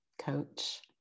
coach